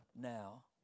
now